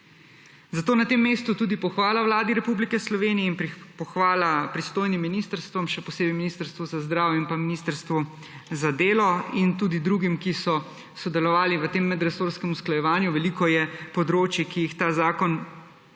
Zato na tem mestu tudi pohvala Vladi Republike Slovenije in pohvala pristojnim ministrstvom, še posebej Ministrstvu za zdravje in Ministrstvu za delo in tudi drugim, ki so sodelovali v tem medresorskem usklajevanju. Veliko je področij, ki se jih ta zakon